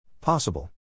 Possible